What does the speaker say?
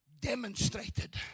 demonstrated